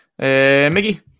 Miggy